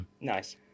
Nice